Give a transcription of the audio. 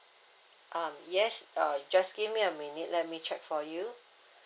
um yes uh just give me a minute let me check for you